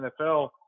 NFL